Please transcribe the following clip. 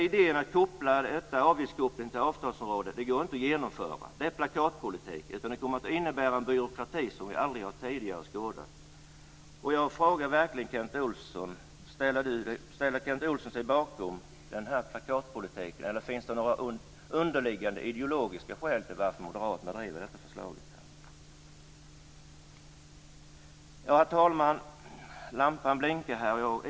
Idén att koppla avgifterna till avtalsområdet går inte att genomföra. Det är plakatpolitik. Det kommer att innebära en byråkrati som vi aldrig tidigare har skådat. Jag vill fråga om Kent Olsson ställer sig bakom denna plakatpolitik, eller finns det några underliggande ideologiska skäl till att moderaterna driver detta förslag? Herr talman! Lampan blinkar i talarstolen.